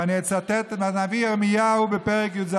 ואני אצטט את הנביא ירמיהו בפרק י"ז: